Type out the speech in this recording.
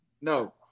No